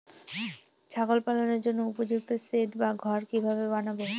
ছাগল পালনের জন্য উপযুক্ত সেড বা ঘর কিভাবে বানাবো?